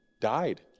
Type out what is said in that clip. died